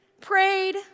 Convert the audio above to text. prayed